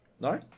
No